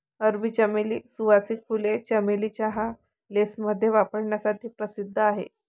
अरबी चमेली, सुवासिक फुले, चमेली चहा, लेसमध्ये वापरण्यासाठी प्रसिद्ध आहेत